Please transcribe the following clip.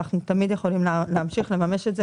ואנחנו תמיד יכולים להמשיך ולממש את זה,